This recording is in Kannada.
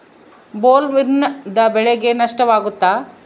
ಬೊಲ್ವರ್ಮ್ನಿಂದ ಬೆಳೆಗೆ ನಷ್ಟವಾಗುತ್ತ?